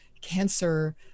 cancer